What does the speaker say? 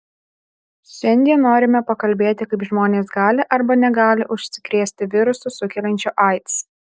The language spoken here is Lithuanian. šiandien norime pakalbėti kaip žmonės gali arba negali užsikrėsti virusu sukeliančiu aids